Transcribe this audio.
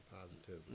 positively